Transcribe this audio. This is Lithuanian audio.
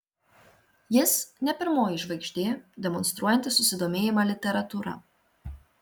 jis ne pirmoji žvaigždė demonstruojanti susidomėjimą literatūra